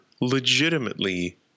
legitimately